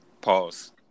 Pause